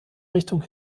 richtung